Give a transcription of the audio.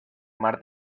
mar